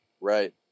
Right